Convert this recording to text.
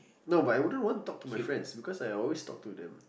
no but I wouldn't want talk to my friends because I always talk to them